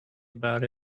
about